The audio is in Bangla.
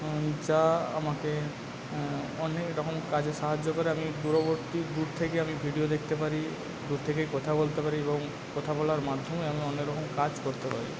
যা আমাকে অনেকরকম কাজে সাহায্য করে আমি দূরবর্তী দূর থেকে আমি ভিডিও দেখতে পারি দূর থেকেই কথা বলতে পারি এবং কথা বলার মাধ্যমে আমি অনেক রকম কাজ করতে পারি